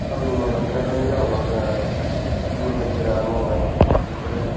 खामानि मावनानै जाग्रानि जाउनाव जोंहा दिन हाजिरा मावनाय बेफोरो